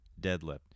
deadlift